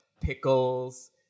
pickles